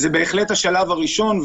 וזה בהחלט השלב הראשון.